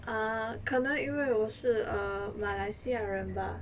err 可能因为我是马来西亚人 bah